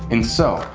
and so,